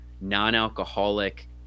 non-alcoholic